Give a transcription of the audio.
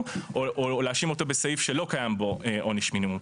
או להאשים אותו בסעיף שלא קיים בו עונש מינימום.